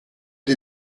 die